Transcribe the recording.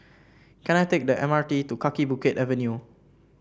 can I take the M R T to Kaki Bukit Avenue